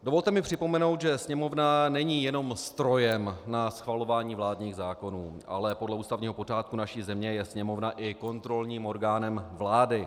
Dovolte mi připomenout, že Sněmovna není jenom strojem na schvalování vládních zákonů, ale podle ústavního pořádku naší země je Sněmovna i kontrolním orgánem vlády.